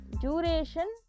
duration